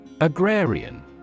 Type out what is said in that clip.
Agrarian